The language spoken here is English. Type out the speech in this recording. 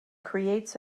creates